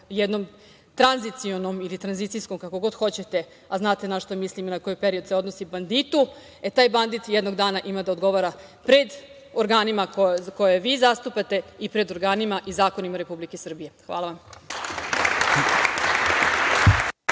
jednom tranzicionom ili tranzicijskom, kako god hoćete, a znate na šta mislim i na koji period se odnosi, banditu. Taj bandit jednog dana ima da odgovara pred organima koje vi zastupate i pred organima i zakonima Republike Srbije. Hvala vam.